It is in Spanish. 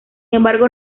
embargo